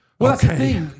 Okay